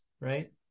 Right